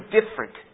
different